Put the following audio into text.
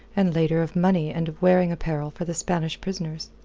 and later of money and of wearing apparel for the spanish prisoners.